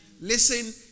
Listen